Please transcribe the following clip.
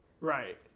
right